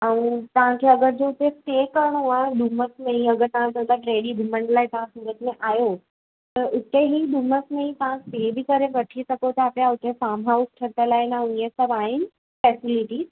ऐं तव्हांखे अगरि जो हुते स्टे करिणो आहे डुमस में इहा अगरि तव्हां चयो था टे ॾींहं घुमण लाइ तव्हां सूरत में आयो त हिते ई डुमस में ई तव्हां स्टे बि करे वठी सघो था पिया उते फ़ाम हाउस ठहियल आहिनि इहे सभ आहिनि फ़ैसेलिटिस